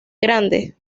grande